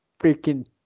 freaking